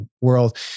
world